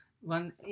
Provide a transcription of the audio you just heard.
one